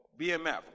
BMF